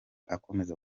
akomeza